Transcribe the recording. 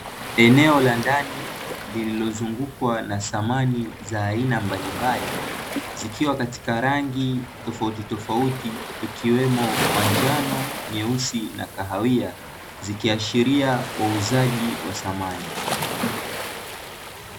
Eneo la ndani lililozungukwa na samani za aina mbalimbali zikiwa katika rangi tofauti tofauti, ikiwemo manjano, nyeusi, na kahawia, zikiashiria wauzaji wa samani.